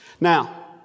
Now